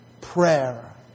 prayer